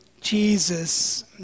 Jesus